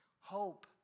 hope